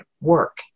work